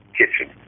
kitchen